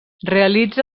realitza